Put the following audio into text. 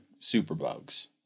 superbugs